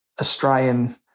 Australian